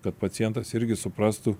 kad pacientas irgi suprastų